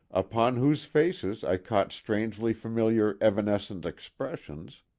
upon whose faces i caught strangely familiar evanescent expressions,